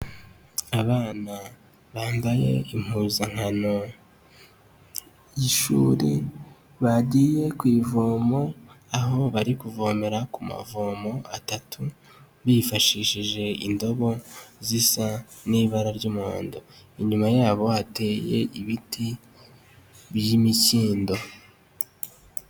Abana bambaye impuzankano y'ishuri bagiye ku ivomo, aho bari kuvomera ku mavomo atatu bifashishije indobo zisa n'ibara ry'umuhondo, inyuma yabo hateye ibiti by'imikindo.